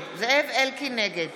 אלקין, נגד